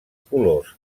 colors